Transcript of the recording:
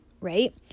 right